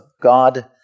God